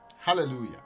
Hallelujah